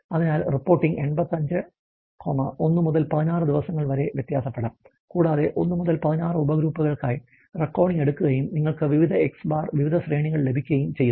അതിനാൽ റിപ്പോർട്ടിംഗ് 85 1 മുതൽ 16 ദിവസങ്ങൾ വരെ വ്യത്യാസപ്പെടാം കൂടാതെ 1 മുതൽ 16 ഉപഗ്രൂപ്പുകൾക്കായി റെക്കോർഡിംഗ് എടുക്കുകയും നിങ്ങൾക്ക് വിവിധ X̄ വിവിധ ശ്രേണികൾ ലഭിക്കുകയും ചെയ്യുന്നു